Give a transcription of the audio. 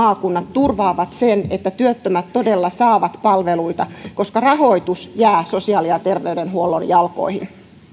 turvaavat sen että työttömät todella saavat palveluita koska rahoitus jää sosiaali ja terveydenhuollon jalkoihin